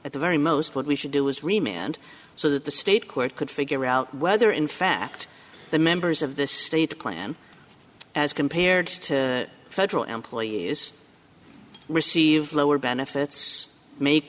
at the very most what we should do is remain and so that the state court could figure out whether in fact the members of this state plan as compared to federal employees receive lower benefits ma